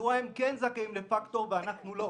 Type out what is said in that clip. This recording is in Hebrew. מדוע הם כן זכאים לפקטור ואנחנו לא?